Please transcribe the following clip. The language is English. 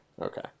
Okay